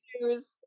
news